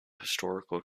historical